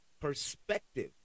perspective